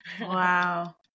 Wow